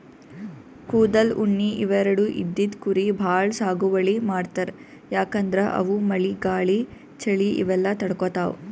ಕೂದಲ್, ಉಣ್ಣಿ ಇವೆರಡು ಇದ್ದಿದ್ ಕುರಿ ಭಾಳ್ ಸಾಗುವಳಿ ಮಾಡ್ತರ್ ಯಾಕಂದ್ರ ಅವು ಮಳಿ ಗಾಳಿ ಚಳಿ ಇವೆಲ್ಲ ತಡ್ಕೊತಾವ್